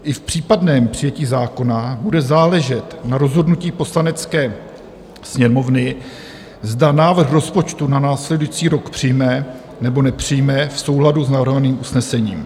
I v případném přijetí zákona bude záležet na rozhodnutí Poslanecké sněmovny, zda návrh rozpočtu na následující rok přijme, nebo nepřijme v souladu s navrhovaným usnesením.